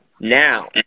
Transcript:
Now